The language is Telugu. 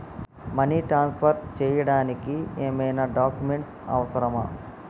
మనీ ట్రాన్స్ఫర్ చేయడానికి ఏమైనా డాక్యుమెంట్స్ అవసరమా?